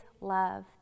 love